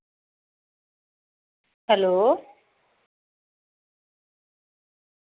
hello